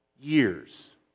years